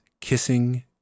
Kissing